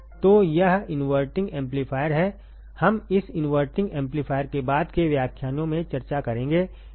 तो यह inverting amplifier है हम इस इनवर्टिंग एम्पलीफायर के बाद केव्याख्यानोंमें चर्चा करेंगे ठीक है